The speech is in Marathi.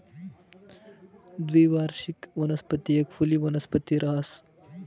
द्विवार्षिक वनस्पती एक फुली वनस्पती रहास